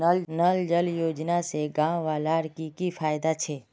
नल जल योजना से गाँव वालार की की फायदा छे?